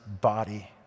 body